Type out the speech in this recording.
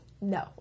No